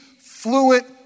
fluent